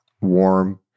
warm